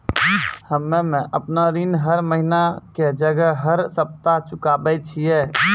हम्मे आपन ऋण हर महीना के जगह हर सप्ताह चुकाबै छिये